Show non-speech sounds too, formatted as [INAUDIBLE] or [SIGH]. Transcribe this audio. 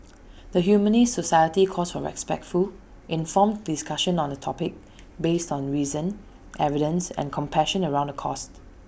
the Humanist society calls for respectful informed discussion on the topic [NOISE] based on reason [NOISE] evidence and compassion around the caused